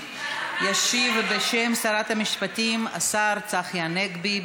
ישיב, בשם שרת המשפטים, השר צחי הנגבי.